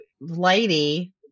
lady